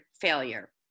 failure